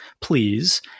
please